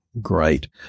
great